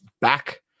back